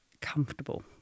comfortable